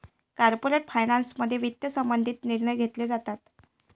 corporate फायनान्समध्ये वित्त संबंधित निर्णय घेतले जातात